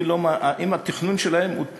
אם התכנון שלהם הוא תואם,